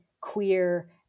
queer